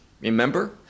remember